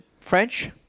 French